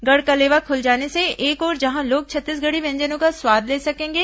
गढ़कलेवा खुल जाने से एक ओर जहां लोग छत्तीसगढ़ी व्यंजनों का स्वाद ले सकेंगे